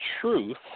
truth